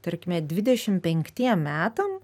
tarkime dvidešim penktiem metam